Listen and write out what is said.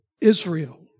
Israel